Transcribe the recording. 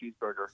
cheeseburger